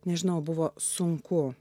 nežinau buvo sunku